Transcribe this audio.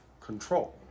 control